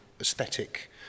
aesthetic